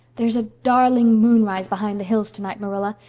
there's a darling moonrise behind the hills tonight, marilla,